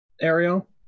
Ariel